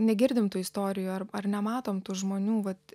negirdime tų istorijų ar ar nematom tų žmonių vat